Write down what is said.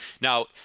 Now